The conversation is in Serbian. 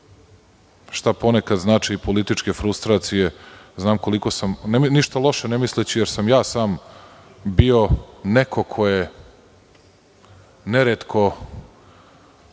šta ponekad znači političke frustracije ništa loše ne misleći, jer sam ja sam bio neko ko je ne retko